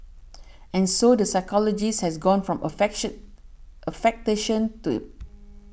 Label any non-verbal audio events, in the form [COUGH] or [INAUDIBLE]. and so the psychologist has gone from [UNINTELLIGIBLE] affectation to